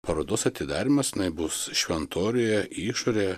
parodos atidarymas jinai bus šventoriuje išorėje